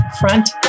Front